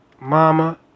Mama